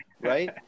right